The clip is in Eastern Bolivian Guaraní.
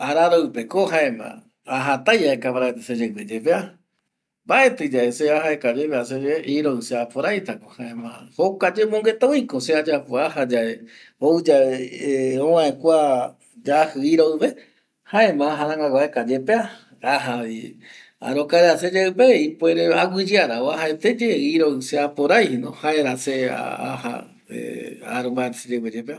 Araroi pe ko jaema jatai aeka se ve yepea, jaema mbaeti aja aeka yepea ye iroi se ve, jaema iroiye aja voy aja aeka seyeipe yepea gara vaera iroi ete seve.